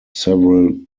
several